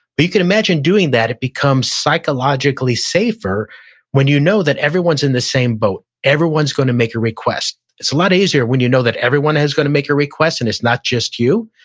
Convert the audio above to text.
but you can imagine doing that, it becomes psychologically safer when you know that everyone's in the same boat, everyone's gonna make a request. it's a lot easier when you know that everyone is gonna make a request and it's not just you.